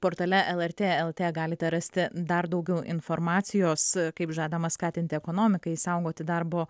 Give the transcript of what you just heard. portale lrt lt galite rasti dar daugiau informacijos kaip žadama skatinti ekonomiką išsaugoti darbo